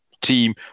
team